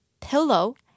pillow